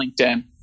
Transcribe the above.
LinkedIn